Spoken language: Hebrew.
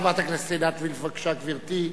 חברת הכנסת עינת וילף, בבקשה, גברתי.